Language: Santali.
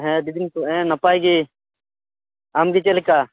ᱦᱮᱸ ᱟ ᱰᱤᱫᱤᱱ ᱯᱚ ᱦᱮᱸ ᱱᱟᱯᱟᱭ ᱜᱮ ᱟᱢᱜᱮ ᱪᱮᱜ ᱞᱮᱠᱟ